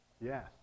Yes